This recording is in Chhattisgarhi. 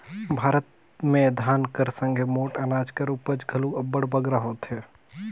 भारत में धान कर संघे मोट अनाज कर उपज घलो अब्बड़ बगरा होथे